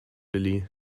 willi